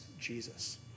Jesus